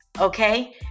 okay